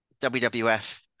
WWF